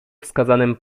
wskazanym